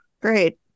Great